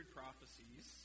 prophecies